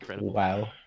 Wow